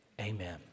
amen